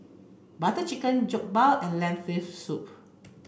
Butter Chicken Jokbal and Lentil soup